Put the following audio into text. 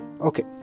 okay